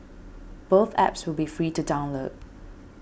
both apps will be free to download